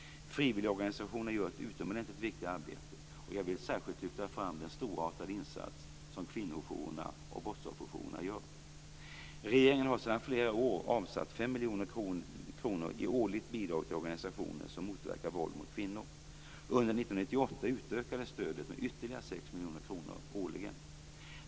Frivilligorganisationerna gör ett utomordentligt viktigt arbete, och jag vill särskilt lyfta fram den storartade insats som kvinnojourerna och brottsofferjourerna gör. Regeringen har sedan flera år avsatt ca 5 miljoner kronor i årligt bidrag till organisationer som motverkar våld mot kvinnor. Under 1998 utökades stödet med ytterligare 6 miljoner kronor årligen.